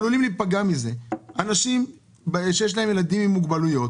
עלולים להיפגע מזה אנשים שיש להם ילדים עם מוגבלויות,